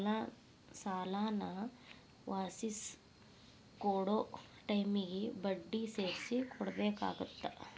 ಸಾಲಾನ ವಾಪಿಸ್ ಕೊಡೊ ಟೈಮಿಗಿ ಬಡ್ಡಿ ಸೇರ್ಸಿ ಕೊಡಬೇಕಾಗತ್ತಾ